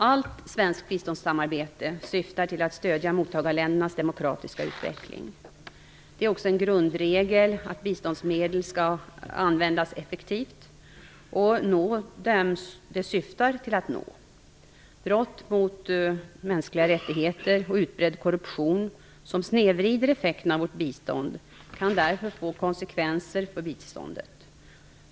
Allt svenskt biståndssamarbete syftar till att stödja mottagarländernas demokratiska utveckling. Det är också en grundregel att biståndsmedel skall användas effektivt och nå dem de syftar till att nå. Brott mot mänskliga rättigheter och utbredd korruption som snedvrider effekterna av vårt bistånd kan därför få konsekvenser för biståndet.